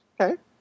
Okay